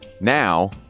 Now